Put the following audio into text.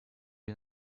you